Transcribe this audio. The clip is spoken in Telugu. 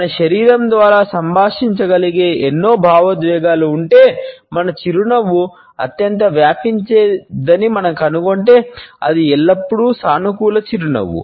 మన శరీరం ద్వారా సంభాషించగలిగే ఎన్నో భావోద్వేగాలు ఉంటే మన చిరునవ్వు అత్యంత వ్యాపించే దని మనం కనుగొంటే అది ఎల్లప్పుడూ సానుకూల చిరునవ్వు